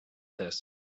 this